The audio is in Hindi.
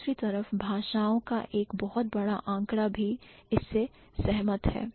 दूसरी तरफ भाषाओं का एक बहुत बड़ा आंकड़ा भी इससे सहमत है